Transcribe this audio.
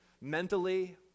mentally